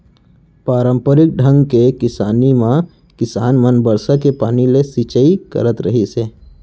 पारंपरिक ढंग के किसानी म किसान मन बरसा के पानी ले सिंचई करत रहिस हे